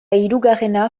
hirugarrena